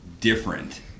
different